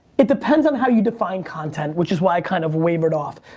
it depends on how you define content, which is why i kind of wavered off.